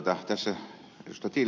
voisiko ed